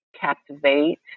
captivate